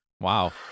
wow